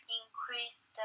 increased